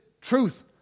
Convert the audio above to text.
truth